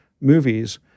movies